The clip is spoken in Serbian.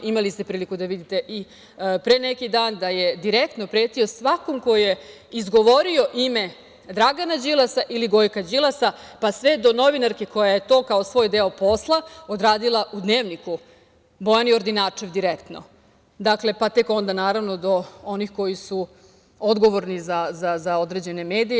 Imali ste priliku da vidite i pre neki dan da je direktno pretio svakom ko je izgovorio ime Dragana Đilasa ili Gojka Đilasa, pa sve do novinarke koja je to kao svoj deo posla odradila u dnevniku, Bojani Ordinačev direktno, pa tek onda, naravno, do onih koji su odgovorni za određene medije.